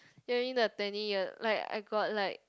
during the twenty year like I got like